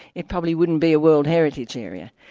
it probably wouldn't be a world heritage area,